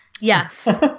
Yes